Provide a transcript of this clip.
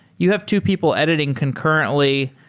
you have two people editing concurrently.